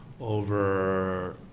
over